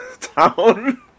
town